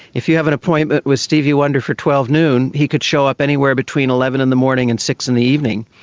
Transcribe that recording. if you have an appointment with stevie wonder for twelve noon he could show up anywhere between eleven in the morning and six in the evening,